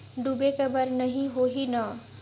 डूबे के बर नहीं होही न?